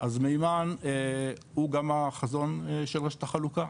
אז מימן הוא גם החזון של רשת החלוקה,